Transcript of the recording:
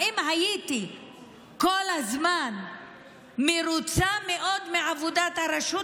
האם הייתי כל הזמן מרוצה מאוד מעבודת הרשות?